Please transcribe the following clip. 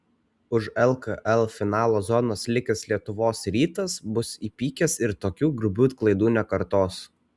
už lkl finalo zonos likęs lietuvos rytas bus įpykęs ir tokių grubių klaidų nekartos